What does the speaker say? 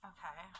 Okay